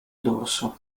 dorso